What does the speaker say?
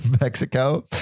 Mexico